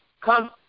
come